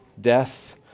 Death